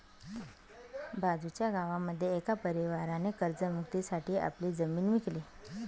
बाजूच्या गावामध्ये एका परिवाराने कर्ज मुक्ती साठी आपली जमीन विकली